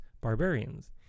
Barbarians